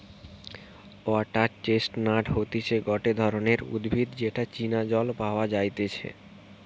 water chestnut হতিছে গটে ধরণের উদ্ভিদ যেটা চীনা জল পাওয়া যাইতেছে